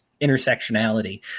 intersectionality